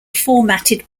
formatted